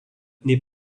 n’est